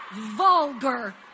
vulgar